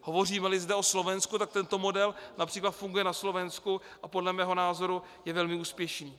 Hovořímeli zde o Slovensku, tak tento model například funguje na Slovensku a podle mého názoru je velmi úspěšný.